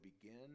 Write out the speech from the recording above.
begin